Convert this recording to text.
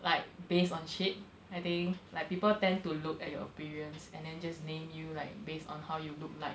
like based on shape I think like people tend to look at your appearance and then just name you like based on how you look like